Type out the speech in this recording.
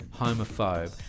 homophobe